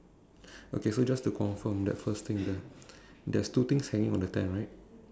okay so just to confirm that first thing there there's two things hanging on the tent right